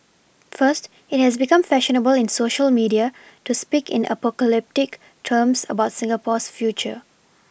first it has become fashionable in Social media to speak in apocalyptic terms about Singapore's future